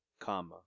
comma